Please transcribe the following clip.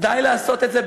די לעשות את זה,